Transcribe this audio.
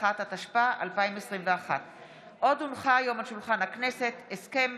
21), התשפ"א 2021. הסכם